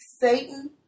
Satan